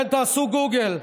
כן, תעשו גוגל,